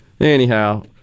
Anyhow